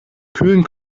kühlen